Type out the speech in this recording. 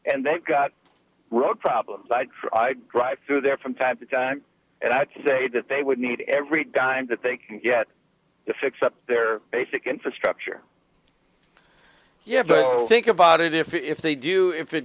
and they've got road problems i'd drive through there from time to time and i'd say that they would need every dime that they can get to fix up their basic infrastructure think about it if if they do if it